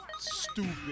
stupid